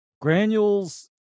granules